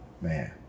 man